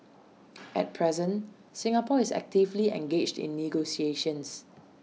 at present Singapore is actively engaged in negotiations